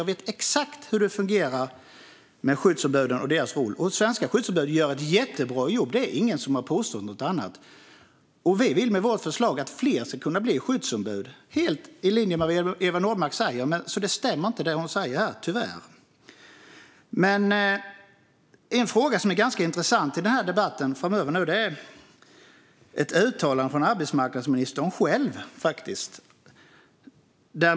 Jag vet exakt hur det fungerar med skyddsombuden och deras roll. Svenska skyddsombud gör ett jättebra jobb. Det är ingen som har påstått något annat. Vi vill med vårt förslag att fler ska kunna bli skyddsombud, helt i linje med Eva Nordmarks uppfattning. Det hon säger stämmer alltså inte. Men en fråga som är ganska intressant i debatten framöver gäller ett uttalande från arbetsmarknadsministern själv.